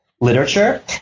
literature